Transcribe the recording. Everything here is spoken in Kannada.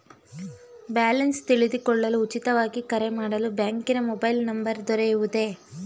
ಬ್ಯಾಲೆನ್ಸ್ ತಿಳಿದುಕೊಳ್ಳಲು ಉಚಿತವಾಗಿ ಕರೆ ಮಾಡಲು ಬ್ಯಾಂಕಿನ ಮೊಬೈಲ್ ನಂಬರ್ ದೊರೆಯುವುದೇ?